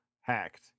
hacked